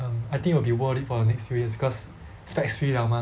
um I think it will be worth it for the next few years because specs free 了 mah